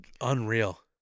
unreal